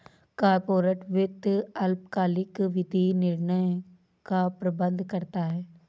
corporate वित्त अल्पकालिक वित्तीय निर्णयों का प्रबंधन करता है